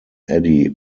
eddie